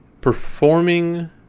performing